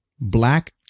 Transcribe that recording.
Black